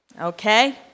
Okay